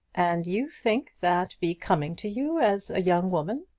and you think that becoming to you, as a young woman?